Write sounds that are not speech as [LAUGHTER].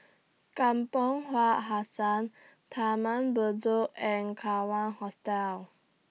Kampong [UNINTELLIGIBLE] Hassan Taman Bedok and Kawan Hostel